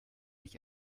ich